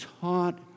taught